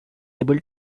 able